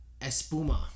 Espuma